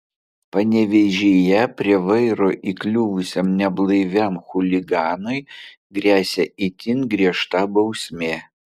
panevėžyje prie vairo įkliuvusiam neblaiviam chuliganui gresia itin griežta bausmė